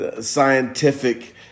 scientific